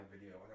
video